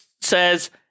says